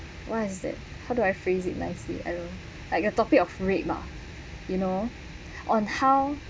what is that how do I phrase it nicely alone like a topic of rape mah you know on how